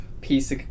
piece